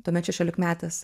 tuomet šešiolikmetės